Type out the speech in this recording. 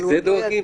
אבל --- מזה דואגים?